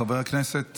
חבר הכנסת